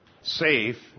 safe